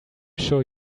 sure